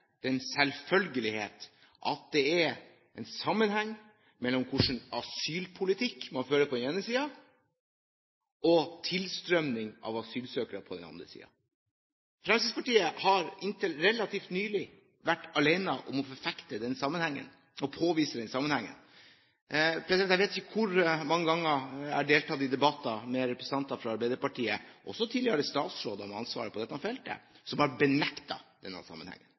den selvfølgelighet at det er en sammenheng mellom hva slags asylpolitikk man fører på den ene siden, og tilstrømmingen av asylsøkere på den andre siden. Fremskrittspartiet har inntil relativt nylig vært alene om å forfekte, og påvise, den sammenhengen. Jeg vet ikke hvor mange ganger jeg har deltatt i debatter med representanter fra Arbeiderpartiet – også tidligere statsråder med ansvaret på dette feltet – som har benektet denne sammenhengen.